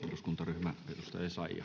Time: 17:26 Content: